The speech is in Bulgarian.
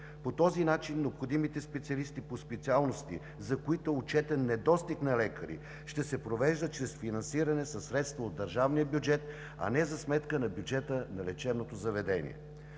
По този начин необходимите специалисти по специалности, за които е отчетен недостиг на лекари, ще се провежда чрез финансиране със средства от държавния бюджет, а не за сметка на бюджета на лечебното заведение,